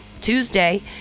Tuesday